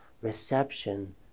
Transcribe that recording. reception